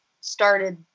started